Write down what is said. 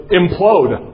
implode